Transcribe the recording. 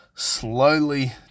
slowly